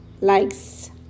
likes